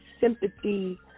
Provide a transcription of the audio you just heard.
sympathy